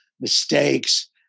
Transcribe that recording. mistakes